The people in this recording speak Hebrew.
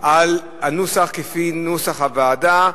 להצבעה על ההצעה לפי נוסח הוועדה.